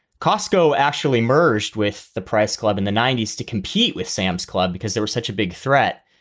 costco actually merged with the price club in the ninety s to compete with sam's club because they were such a big threat.